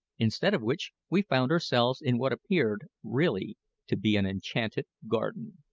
instead of which we found ourselves in what appeared really to be an enchanted garden.